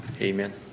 Amen